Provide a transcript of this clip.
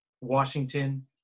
Washington